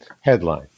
Headline